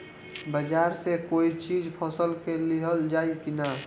बाजार से कोई चीज फसल के लिहल जाई किना?